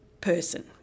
person